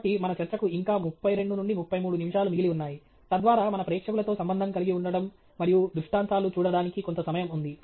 కాబట్టి మన చర్చకు ఇంకా 32 నుండి 33 నిమిషాలు మిగిలి ఉన్నాయి తద్వారా మన ప్రేక్షకులతో సంబంధం కలిగి ఉండడం మరియు దృష్టాంతాలు చూడడానికి కొంత సమయం ఉంది